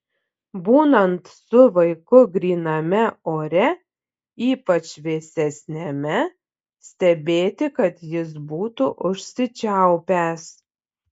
būnant su vaiku gryname ore ypač vėsesniame stebėti kad jis būtų užsičiaupęs